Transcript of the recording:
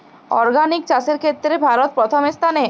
organic চাষের ক্ষেত্রে ভারত প্রথম স্থানে